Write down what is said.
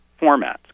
formats